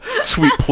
sweet